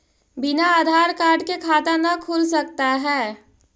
बिना आधार कार्ड के खाता न खुल सकता है?